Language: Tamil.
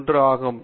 1 ஆகும்